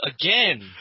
again